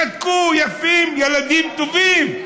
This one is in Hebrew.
שתקו, יפים, ילדים טובים.